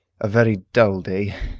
a very dull day.